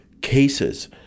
cases